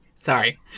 Sorry